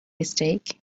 mistake